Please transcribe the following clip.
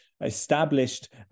established